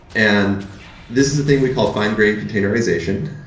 and this is a thing we call fine-grained containerization.